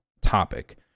topic